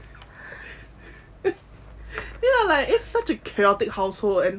you know like it's such a chaotic household and